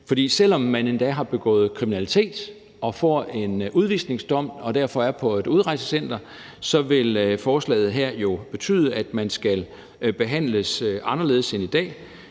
For selv om man endda har begået kriminalitet og får en udvisningsdom og derfor er på et udrejsecenter, vil forslaget her jo betyde, at man skal behandles anderledes end i dag